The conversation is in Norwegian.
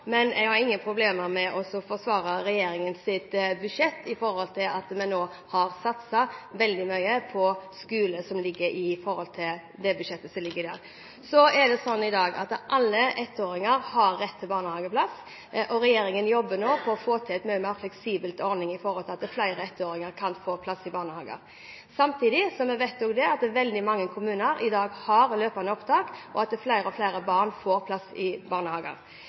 men jeg har ingen problemer med å forsvare regjeringens budsjett med tanke på at vi nå har satset veldig mye på skole i forhold til det budsjettet som forelå. Så er det sånn i dag at alle ettåringer har rett til barnehageplass. Regjeringen jobber nå med å få til en mye mer fleksibel ordning, slik at flere ettåringer kan få plass i barnehager, samtidig som vi også vet at veldig mange kommuner i dag har løpende opptak, og at flere og flere barn får plass i barnehager.